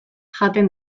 jaten